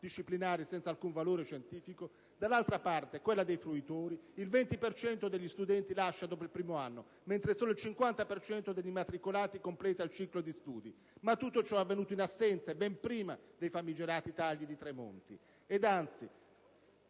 disciplinari senza alcun valore scientifico), dall'altra parte, quella dei fruitori, il 20 per cento degli studenti lascia dopo il primo anno, mentre solo il 50 per cento degli immatricolati completa il ciclo di studi. Tutto ciò è avvenuto in assenza e ben prima dei famigerati tagli di Tremonti!